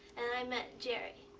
and i met jerry.